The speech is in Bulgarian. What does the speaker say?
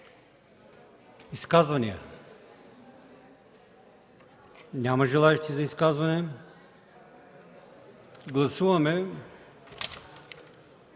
изказвания? Няма желаещи за изказвания. Гласуваме